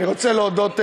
אני רוצה להודות לאדוני,